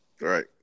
Right